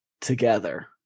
together